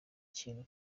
ikintu